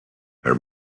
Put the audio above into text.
her